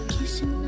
Kissing